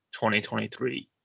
2023